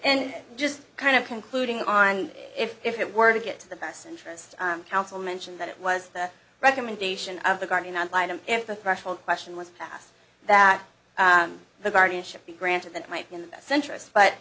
and just kind of concluding on if if it were to get the best interest council mention that it was the recommendation of the guardian ad litem if the threshold question was asked that the guardianship be granted that might be in the centrist but